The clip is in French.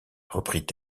reprit